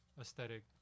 aesthetic